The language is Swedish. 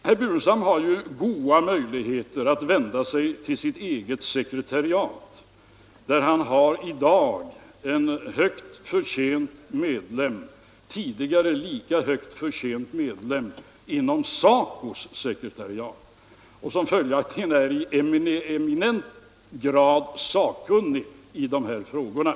Herr Burenstam Linder har ju goda möjligheter att vända sig till sitt eget sekretariat, där han i dag har en högt förtjänt medlem, som tidigare varit en lika högt förtjänt medlem av SACO:s sekretariat och följaktligen är i eminent grad sakkunnig i de här frågorna.